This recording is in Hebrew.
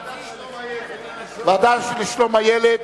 ועדת הכנסת.